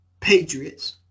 Patriots